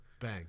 Bang